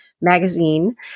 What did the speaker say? Magazine